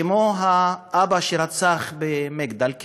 כמו האבא שרצח במגדל,